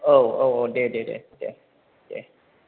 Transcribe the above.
औ औ औ दे दे दे दे दे